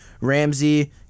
Ramsey